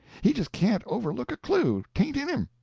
he just can't overlook a clue tain't in him.